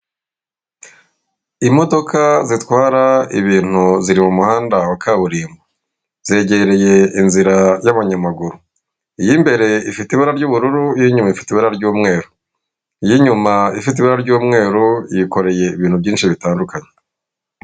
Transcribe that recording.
Imodoka zitwara ibintu ziri mu muhanda wa kaburimbo zegereye inzira y'abanyamaguru iy'imbere ifite ibara'ubururu iy'inyuma ifite ibara ry'umweru, iy'inyuma ifite ibara ry'umweru yikoreye ibintu byinshi bitandukanye.